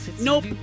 Nope